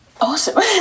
awesome